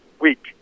week